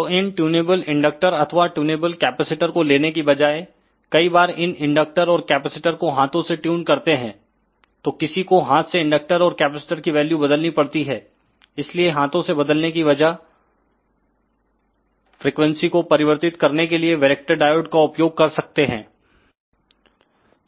तो इन tunable inductor अथवा ट्यूनएविल कैपेसिटर को लेने की बजाय कई बार इन इंडक्टर और कैपेसिटर को हाथों से ट्यून करते हैं तो किसी को हाथ से इंडक्टर और कैपेसिटर की वैल्यू बदलनी पड़ती है इसलिए हाथों से बदलने की वजह फ्रीक्वेंसी को परिवर्तित करने के लिए वैरेक्टर डायोड का उपयोग कर सकते हैं